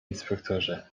inspektorze